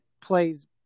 plays